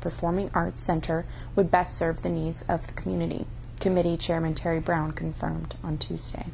performing arts center would best serve the needs of the community committee chairman terry brown confirmed on tuesday